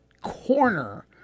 corner